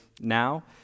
now